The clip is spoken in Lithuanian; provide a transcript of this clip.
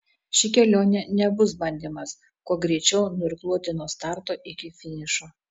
ši kelionė nebus bandymas kuo greičiau nuirkluoti nuo starto iki finišo